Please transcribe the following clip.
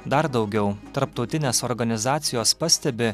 dar daugiau tarptautinės organizacijos pastebi